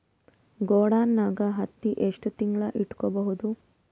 ಗೊಡಾನ ನಾಗ್ ಹತ್ತಿ ಎಷ್ಟು ತಿಂಗಳ ಇಟ್ಕೊ ಬಹುದು?